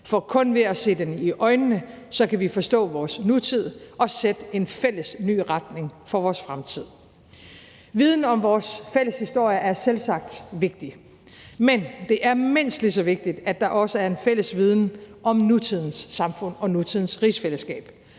for kun ved at se den i øjnene kan vi forstå vores nutid og sætte en fælles ny retning for vores fremtid. Viden om vores fælles historie er selvsagt vigtig, men det er mindst lige så vigtigt, at der også er en fælles viden om nutidens samfund og nutidens rigsfællesskab,